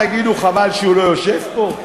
תגידו: חבל שהוא לא יושב פה?